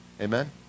Amen